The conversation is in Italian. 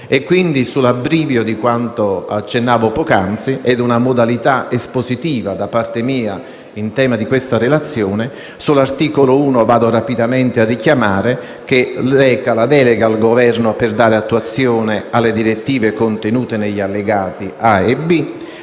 Quindi, sull'abbrivo di quanto accennavo poc'anzi sulla modalità espositiva da parte mia su questa relazione, sull'articolo 1 vado rapidamente a richiamare che reca delega al Governo per dare attuazione alle direttive contenute negli allegati A e B.